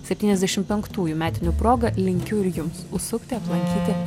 septyniasdešimt penktųjų metinių proga linkiu ir jums užsukti aplankyti